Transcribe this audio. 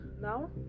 now